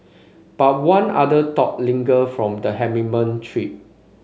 but one other thought lingered from the trip